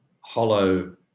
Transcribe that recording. hollow